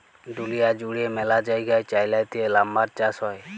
দুঁলিয়া জুইড়ে ম্যালা জায়গায় চাইলাতে লাম্বার চাষ হ্যয়